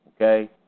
Okay